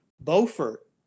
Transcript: Beaufort